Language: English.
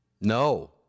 No